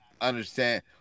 understand